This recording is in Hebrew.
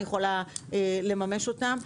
אני יכולה לממש אותן,